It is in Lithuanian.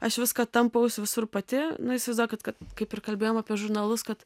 aš viską tampausi visur pati nu įsivaizduokit kad kaip ir kalbėjom apie žurnalus kad